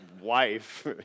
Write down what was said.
wife